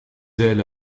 ailes